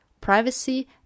privacy